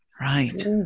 Right